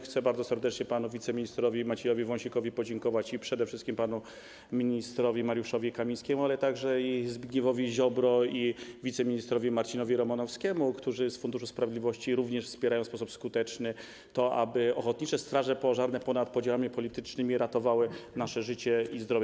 Chcę bardzo serdecznie podziękować panu wiceministrowi Maciejowi Wąsikowi i przede wszystkim panu ministrowi Mariuszowi Kamińskiemu, ale także Zbigniewowi Ziobro i wiceministrowi Marcinowi Romanowskiemu, którzy z Funduszu Sprawiedliwości również wspierają w sposób skuteczny to, aby ochotnicze straże pożarne ponad podziałami politycznymi ratowały nasze życie i zdrowie.